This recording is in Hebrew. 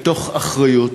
מתוך אחריות,